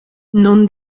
non